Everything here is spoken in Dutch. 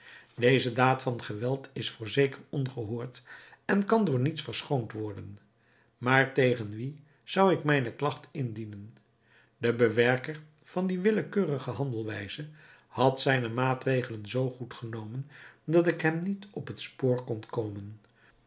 deze daad van geweld is voorzeker ongehoord en kan door niets verschoond worden maar tegen wien zou ik mijne klagt indienen de bewerker van die willekeurige handelwijze had zijne maatregelen zoo goed genomen dat ik hem niet op het spoor kon komen